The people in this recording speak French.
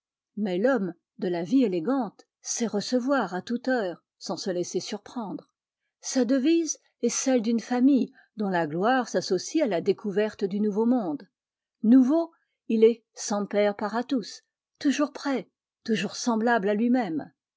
mais l'homme de la vie élégante sait recevoir à toute heure sans se laisser surprendre sa devise est celle d'une famille dont la gloire s'associe à la découverte du nouveau monde nouveau il est semperparatus toiovirs prêt toujours semblable à lui-même